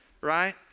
right